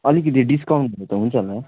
अलिकति डिस्काउन्टहरू त हुन्छ होला